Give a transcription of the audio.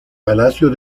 palacio